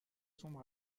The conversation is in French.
sombres